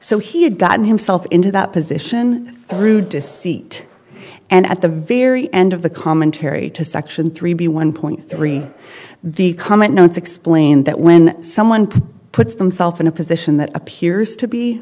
so he had gotten himself into that position through deceit and at the very end of the commentary to section three b one point three the comment notes explain that when someone puts themself in a position that appears to be